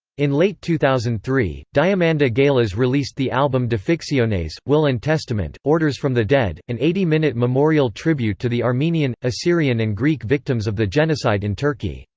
in late two thousand and three, diamanda galas released the album defixiones, will and testament orders from the dead, an eighty minute memorial tribute to the armenian, assyrian and greek victims of the genocide in turkey.